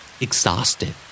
Exhausted